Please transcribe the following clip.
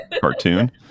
cartoon